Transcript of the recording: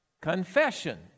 confession